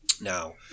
Now